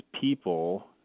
people